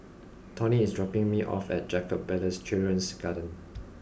Tony is dropping me off at Jacob Ballas Children's Garden